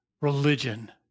religion